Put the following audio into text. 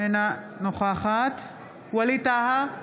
אינה נוכחת ווליד טאהא,